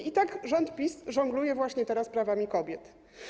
I tak rząd PiS żongluje właśnie teraz prawami kobiet.